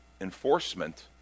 enforcement